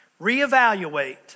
Reevaluate